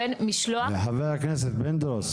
למה לדעתי יש חלק בסעיף שאולי כבר לא יידרש.